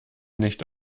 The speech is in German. nicht